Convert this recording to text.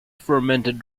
fermented